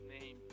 name